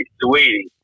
sweetie